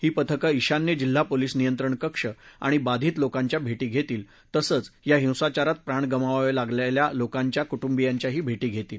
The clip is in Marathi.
ही पथकं ईशान्य जिल्हा पोलीस नियंत्रण कक्ष आणि बाधित लोकांना भेटी देतील तसंच या हिंसाचारात प्राण गमवावे लागलेल्या लोकांच्या कुटुंबियांच्याही भेटी घेतील